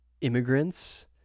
immigrants